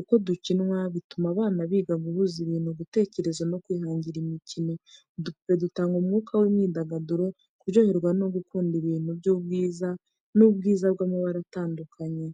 Uko dukinwa, bituma abana biga guhuza ibintu, gutekereza no kwihangira imikino. Udupupe dutanga umwuka w’imyidagaduro, kuryoherwa no gukunda ibintu by’ubwiza n’ubwiza bw’amabara atandukanye.